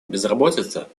безработица